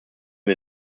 wir